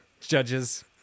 Judges